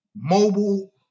mobile